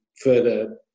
further